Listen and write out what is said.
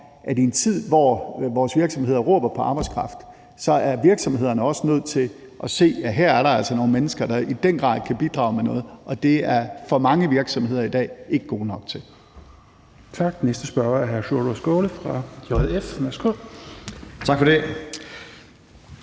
at i en tid, hvor vores virksomheder råber på arbejdskraft, er virksomhederne også nødt til at se, at her er der altså nogle mennesker, der i den grad kan bidrage med noget, og det er for mange virksomheder i dag ikke gode nok til. Kl. 17:12 Tredje næstformand (Rasmus Helveg Petersen): Tak.